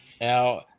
Now